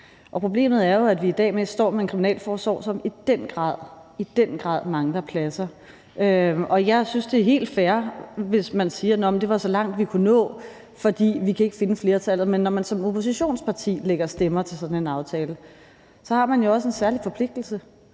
Og problemet er jo, at vi i dag står med en kriminalforsorg, som i den grad – i den grad – mangler pladser. Jeg synes, det er helt fair, hvis man siger, at det var så langt, man kunne nå, fordi man ikke kunne finde flertallet, men når man som oppositionsparti lægger stemmer til sådan en aftale, har man jo også en særlig forpligtelse,